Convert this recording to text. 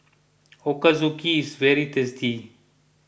Ochazuke is very tasty